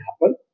happen